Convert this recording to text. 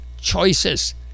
choices